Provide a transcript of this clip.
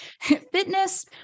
fitness